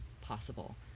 possible